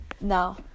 No